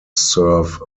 serve